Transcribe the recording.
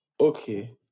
Okay